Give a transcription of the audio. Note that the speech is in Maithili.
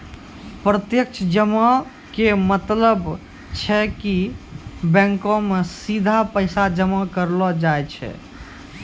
प्रत्यक्ष जमा के मतलब छै कि बैंको मे सीधा पैसा जमा करलो जाय छै